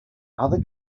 other